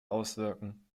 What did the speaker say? auswirken